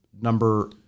number